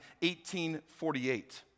1848